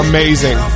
Amazing